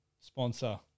sponsor